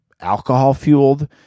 alcohol-fueled